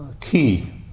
key